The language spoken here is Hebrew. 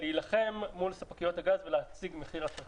להילחם מול ספקיות הגז ולהשיג מחיר אטרקטיבי.